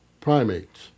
primates